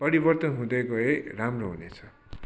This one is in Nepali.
परिवर्तन हुँदै गए राम्रो हुनेछ